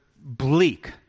bleak